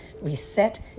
reset